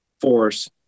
force